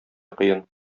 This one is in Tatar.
кыен